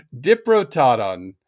Diprotodon